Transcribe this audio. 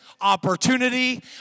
opportunity